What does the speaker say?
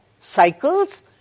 cycles